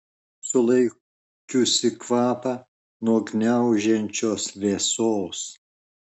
sulaikiusi kvapą nuo gniaužiančios vėsos